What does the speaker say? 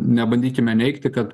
nebandykime neigti kad